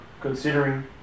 considering